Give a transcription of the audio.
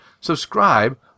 subscribe